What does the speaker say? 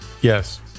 Yes